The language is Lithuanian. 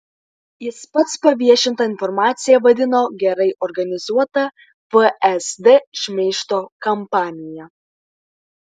jis pats paviešintą informaciją vadino gerai organizuota vsd šmeižto kampanija